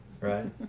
right